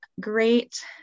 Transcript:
great